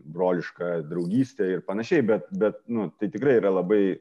brolišką draugystę ir panašiai bet bet nu tai tikrai yra labai